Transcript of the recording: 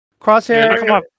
Crosshair